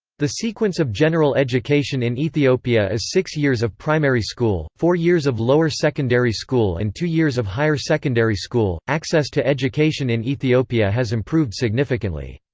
the sequence of general education in ethiopia is six years of primary school, four years of lower secondary school and two years of higher secondary school access to education in ethiopia has improved significantly.